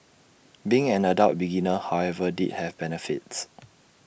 being an adult beginner however did have benefits